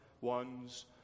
one's